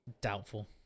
Doubtful